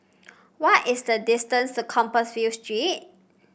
what is the distance to Compassvale Street